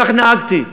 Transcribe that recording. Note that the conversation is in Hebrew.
כך נהגתי.